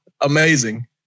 Amazing